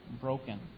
broken